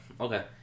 Okay